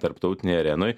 tarptautinėj arenoj